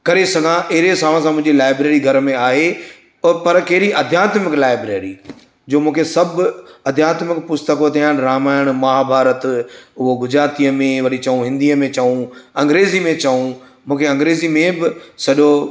करे सघां अहिड़े हिसाबु सां मुंहिंजी लाइब्रेरी घर में आहे ऐं पर कहिड़ी अध्यात्मिक लाइब्रेरी जो मूंखे सभु अध्यात्मिक पुस्तकूं थियनि रामायण महाभारत उहो गुजरातीअ में वरी चऊं हिंदीअ में चऊं अंग्रेज़ी में चऊं मूंखे अंग्रेज़ी में बि सॼो